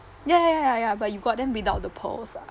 ya ya ya ya but you got them without the pearls ah